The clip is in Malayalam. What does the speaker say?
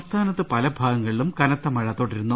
സംസ്ഥാനത്ത് പല ഭാഗങ്ങളിലും കുന്നത്ത മഴ തുടരുന്നു